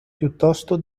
piuttosto